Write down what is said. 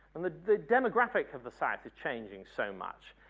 and the the demographic of the science is changing so much,